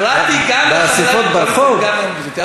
קראתי גם, באספות ברחוב?